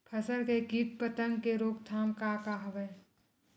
फसल के कीट पतंग के रोकथाम का का हवय?